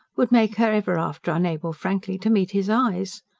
would make her ever after unable frankly to meet his eyes.